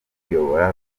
kuyobora